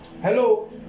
Hello